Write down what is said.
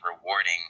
rewarding